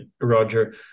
roger